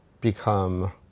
become